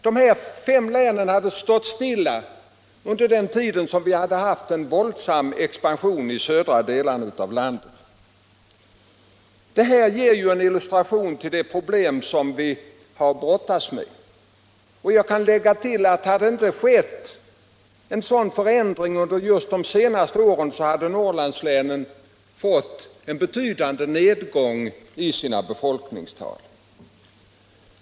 De här fem länen hade stått stilla under den tid som vi hade en våldsam expansion i de södra delarna av landet. Det ger en illustration till de problem som vi har att brottas med. Hade det inte skett en förändring under just de senaste åren hade Norrlandslänen fått en betydande nedgång i sina befolkningstal.